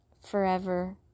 forever